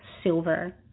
silver